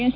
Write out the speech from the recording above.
S